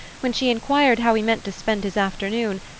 when she enquired how he meant to spend his afternoon,